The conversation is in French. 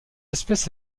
espèce